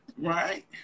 right